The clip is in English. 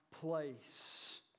place